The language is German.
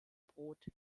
brot